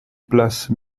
place